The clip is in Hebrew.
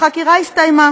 החקירה הסתיימה.